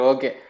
Okay